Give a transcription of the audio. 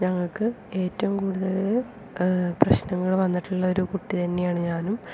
ഞങ്ങൾക്ക് ഏറ്റവും കൂടുതല് പ്രശ്നങ്ങൾ വന്നിട്ടുള്ളൊരു കുട്ടി തന്നെയാണ് ഞാനും